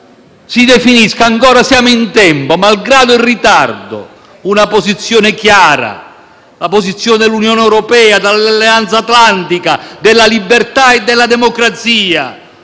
Si definisca - ancora siamo in tempo, malgrado il ritardo - una posizione chiara: la posizione dell'Unione europea, dell'Alleanza atlantica, della libertà e della democrazia.